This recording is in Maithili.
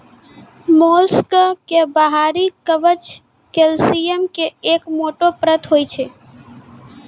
मोलस्क के बाहरी कवच कैल्सियम के एक मोटो परत होय छै